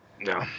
No